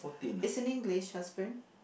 is in English husband